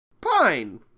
Pine